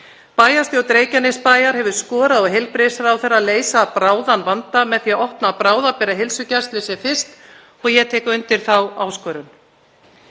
Bæjarstjórn Reykjanesbæjar hefur skorað á heilbrigðisráðherra að leysa bráðan vanda með því að opna bráðabirgðaheilsugæslu sem fyrst og ég tek undir þá áskorun.